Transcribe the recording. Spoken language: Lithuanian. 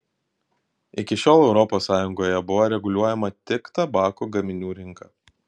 iki šiol europos sąjungoje buvo reguliuojama tik tabako gaminių rinka